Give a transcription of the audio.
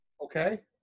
Okay